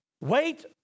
wait